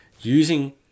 using